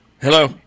Hello